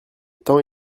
temps